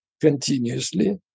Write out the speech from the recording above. continuously